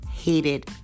hated